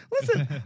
listen